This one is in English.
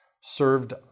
Served